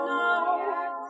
no